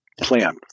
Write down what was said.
plan